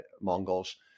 Mongols